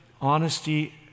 honesty